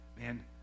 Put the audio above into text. man